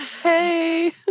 Hey